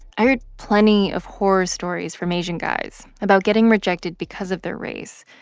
i heard plenty of horror stories from asian guys about getting rejected because of their race,